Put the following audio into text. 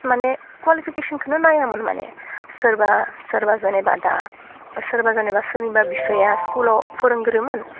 माने कवालिफिकेसनखौनो नायामोन माने सोरबा सोरबा जेनेबा दा सोरबा जेनेबा सोरनिबा बिफाया स्कुलाव फोरोंगिरिमोन